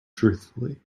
truthfully